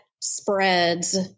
spreads